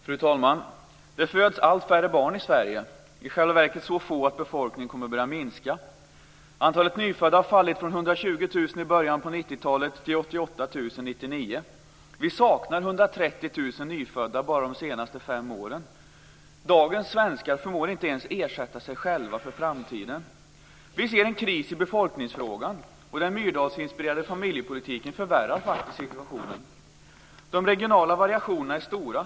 Fru talman! Det föds allt färre barn i Sverige, i själva verket så få att befolkningen kommer att börja minska. Antalet nyfödda har fallit från 120 000 i början på 90-talet till 88 000 år 1999. Vi saknar 130 000 nyfödda bara de senaste fem åren. Dagens svenskar förmår inte ens ersätta sig själva för framtiden. Vi ser en kris i befolkningsfrågan, och den Myrdalsinspirerade familjepolitiken förvärrar faktiskt situationen. De regionala variationerna är stora.